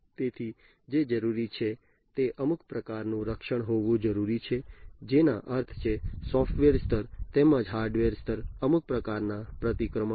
તેથી જે જરૂરી છે તે અમુક પ્રકારનું રક્ષણ હોવું જરૂરી છે જેનો અર્થ છે સોફ્ટવેર સ્તર તેમજ હાર્ડવેર સ્તરે અમુક પ્રકારના પ્રતિક્રમણ